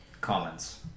comments